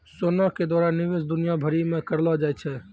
सोना के द्वारा निवेश दुनिया भरि मे करलो जाय छै